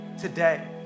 Today